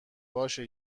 باشه